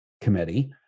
Committee